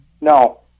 No